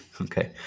Okay